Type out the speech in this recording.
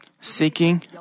seeking